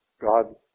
God